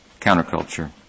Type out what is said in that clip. counterculture